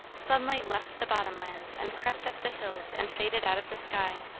sunlight left the bottom lands and crept up the hills and faded out of the sky.